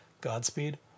Godspeed